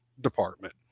department